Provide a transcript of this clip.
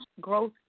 growth